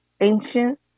ancient